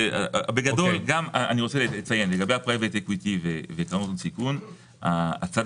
אני רוצה לציין לגבי private equity והון סיכון הצד